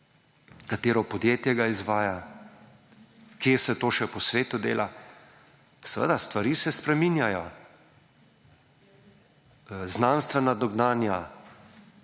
Katero podjetje ga izvaja? Kje se to še po svetu dela? Seveda, stvari se spreminjajo. Znanstvena dognanja